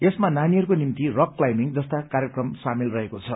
यसमा नानीहरूको निम्ति रक् क्लाम्बिंग जस्ता कार्यक्रम सामेल रहेको छ